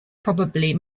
probably